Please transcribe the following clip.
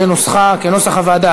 בנוסחה כנוסח הוועדה,